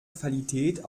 qualität